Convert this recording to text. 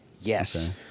Yes